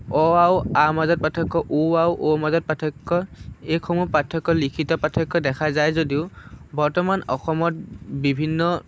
অ আৰু আৰ মাজত পাৰ্থক্য উ আৰু ওৰ মাজত পাৰ্থক্য এইসমূহ পাৰ্থক্য লিখিত পাৰ্থক্য দেখা যায় যদিও বৰ্তমান অসমত বিভিন্ন